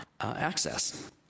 access